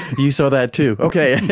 you saw that too, okay.